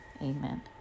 amen